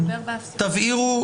תבהירו.